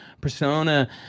persona